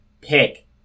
pick